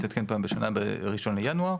ב-1 לינואר,